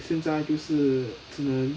现在就是只能